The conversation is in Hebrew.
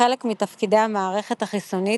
חלק מתפקידי המערכת החיסונית,